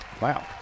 wow